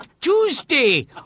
Tuesday